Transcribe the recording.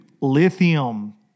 lithium